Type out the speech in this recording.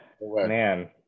man